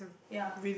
ya